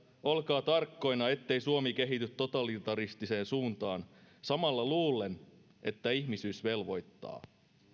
olkaa tarkkoina ettei suomi kehity totalitaristiseen suuntaan samalla luullen että ihmisyys velvoittaa